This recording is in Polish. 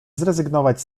zrezygnować